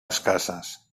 escasses